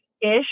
ish